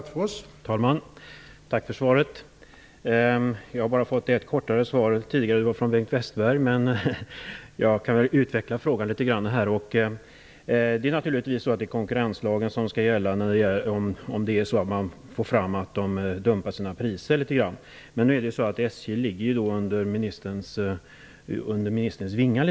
Herr talman! Tack för svaret. Jag har bara fått ett kortare svar tidigare. Det var från Bengt Westerberg. Men jag får väl utveckla frågan litet grand. Det är naturligtvis konkurrenslagen som skall gälla om det kommer fram att SJ dumpar sina priser. Men SJ ligger ju litet grand under ministerns vingar.